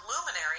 Luminary